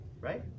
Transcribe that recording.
right